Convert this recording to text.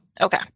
okay